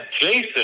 Jason